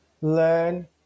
learn